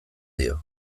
dio